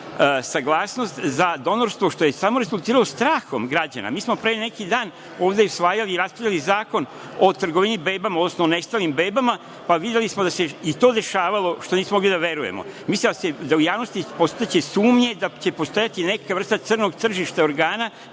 saglasnost za donorstvo što je samo rezultiralo strahom građana. Mi smo pre neki dan ovde usvajali i raspravljali Zakon o trgovini bebama, odnosno nestalim bebama, pa smo videli i da se to dešavalo što nismo mogli da verujemo. Mislim da će u javnosti postojati sumnje, da će postojati neka vrsta crnog tržišta organa,